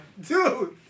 Dude